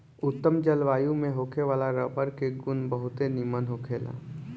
उत्तम जलवायु में होखे वाला रबर के गुण बहुते निमन होखेला